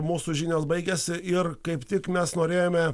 mūsų žinios baigiasi ir kaip tik mes norėjome